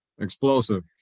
explosive